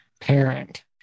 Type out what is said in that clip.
parent